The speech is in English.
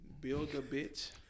Build-A-Bitch